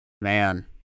Man